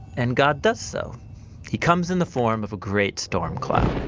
and god does so he comes in the form of a great storm cloud